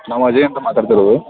ನಾವು ಅಜಯ್ ಅಂತ ಮಾತಾಡ್ತಿರೊದು